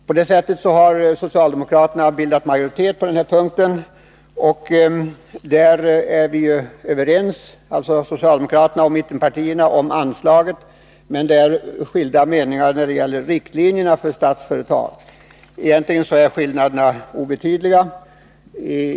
Socialdemokraterna har alltså bildat majoritet på denna punkt. Socialdemokraterna och mittenpartierna är överens om anslaget, men vi har skilda meningar när det gäller riktlinjerna för Statsföretag. Skillnaderna är egentligen obetydliga.